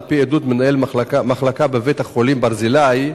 על-פי עדות מנהל מחלקה בבית-החולים "ברזילי",